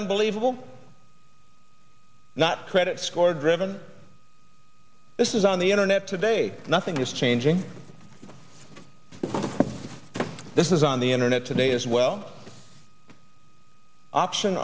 unbelievable not credit score driven this is on the internet day nothing is changing this is on the internet today as well option